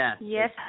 Yes